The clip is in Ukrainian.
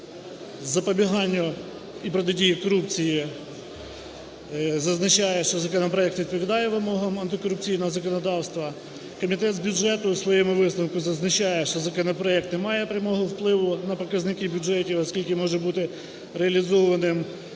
запобігання і протидії корупції зазначає, що законопроект відповідає вимогам антикорупційного законодавства. Комітет з бюджету у своєму висновку зазначає, що законопроект не має прямого впливу на показники бюджетів, оскільки може бути реалізованим